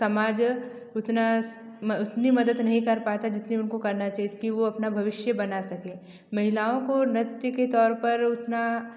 समाज उतना उतनी मदद नहीं कर पाता जितने उनको करना चाहिए कि वो अपना भविष्य बना सकें महिलाओं को नृत्य के तौर पर उतना